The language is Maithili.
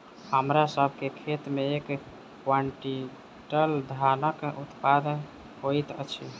हमरा सभ के खेत में एक क्वीन्टल धानक उत्पादन होइत अछि